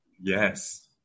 yes